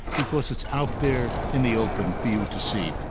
because it's out there in the open for you to see.